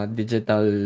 digital